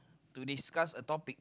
to discuss a topic